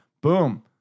Boom